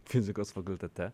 fizikos fakultete